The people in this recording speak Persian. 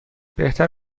بهتر